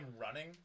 running